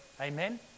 amen